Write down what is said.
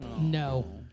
No